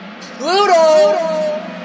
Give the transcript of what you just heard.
Pluto